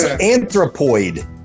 anthropoid